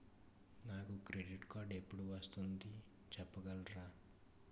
నాకు నా credit card ఎపుడు వస్తుంది చెప్పగలరా?